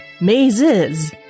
mazes